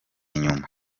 inyuma